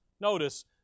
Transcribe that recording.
notice